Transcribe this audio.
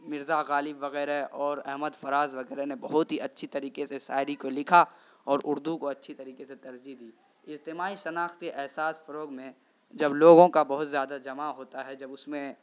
مرزا غالب وغیرہ اور احمد فراز وغیرہ نے بہت ہی اچھی طریقے سے شاعری کو لکھا اور اردو کو اچھی طریقے سے ترجیح دی اجتماعی شناخت کے احساس فروغ میں جب لوگوں کا بہت زیادہ جمع ہوتا ہے جب اس میں